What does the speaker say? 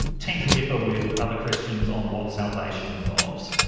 tend to differ with other christians on what salvation involves.